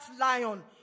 lion